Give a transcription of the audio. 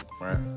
Right